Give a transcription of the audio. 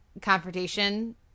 confrontation